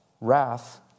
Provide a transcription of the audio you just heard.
wrath